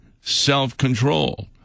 self-control